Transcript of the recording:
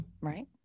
Right